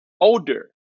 Older